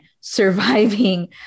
surviving